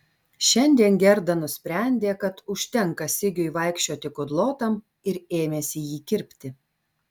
šiandien gerda nusprendė kad užtenka sigiui vaikščioti kudlotam ir ėmėsi jį kirpti